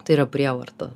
tai yra prievarta